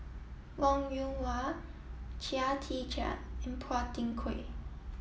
Wong Yoon Wah Chia Tee Chiak and Phua Thin Kiay